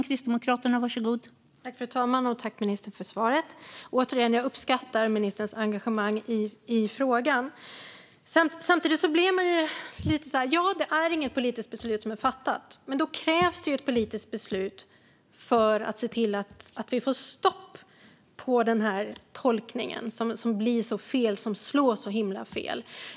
Fru talman! Tack, ministern, för svaret! Jag uppskattar ministerns engagemang i frågan. Samtidigt tänker jag: Det är inget politiskt beslut som är fattat, men då krävs det ju ett politiskt beslut för att se till att vi får stopp på den här tolkningen som slår så himla fel.